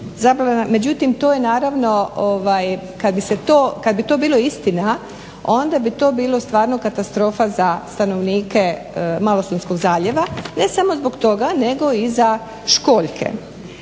Međutim kada bi to bilo istina onda bi to bilo stvarno katastrofa za stanovnike Malostonskog zaljeva, ne samo zbog toga nego i za školjke.